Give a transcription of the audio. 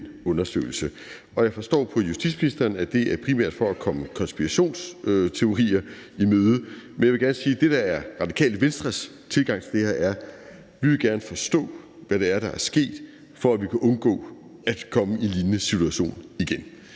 undersøgelse? Jeg forstår på justitsministeren, at formålet primært er at imødegå konspirationsteorier, men jeg vil gerne sige, at Radikale Venstres tilgang til det her er, at vi gerne vil forstå, hvad der er sket, for at vi kan undgå at komme i lignende situationer igen.